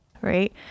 Right